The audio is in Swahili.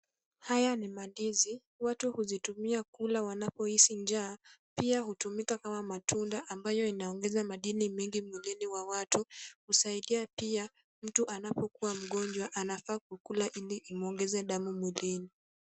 Haya ni mandizi. Watu huzitumia kula wanapohisi njaa pia hutumika kama matunda ambayo inaongeza madini mingi mwilini wa watu. Husaidia pia mtu anapokuwa mgonjwa anafaa kukula ili imuongeze damu mwilini.